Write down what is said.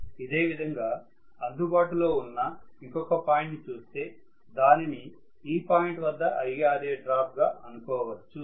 ఇదేవిధంగా అందుబాటులో ఉన్న ఇంకొక పాయింట్ ని చూస్తే దానిని ఈ పాయింట్ వద్ద IaRa డ్రాప్ గా అనుకోవచ్చు